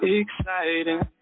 exciting